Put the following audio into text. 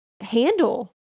handle